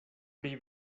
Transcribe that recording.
pri